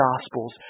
Gospels